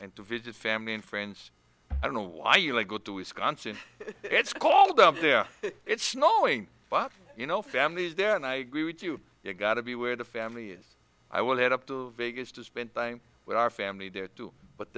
and to visit family and friends i don't know why you go to wisconsin it's called up there it's snowing but you know family is there and i agree with you you got to be where the family is i will head up to vegas to spend time with our family there too but